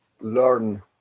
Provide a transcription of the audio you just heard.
learn